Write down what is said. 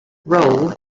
role